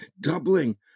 doubling